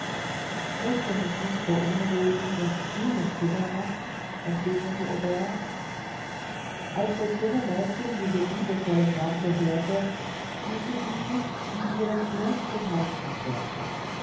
mußte mich nicht beunruhigen was ihnen kummer macht entgegnete aubert als das junge mädchen diese liebevollen worte hörte fühlte sie wie ihr das blut zum herzen strömte